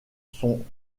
sont